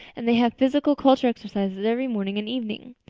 and they have physical culture exercises every morning and evening.